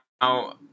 now